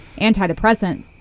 antidepressant